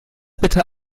bitte